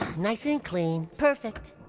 nice and clean. perfect